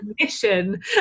Mission